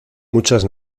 muchas